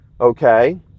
okay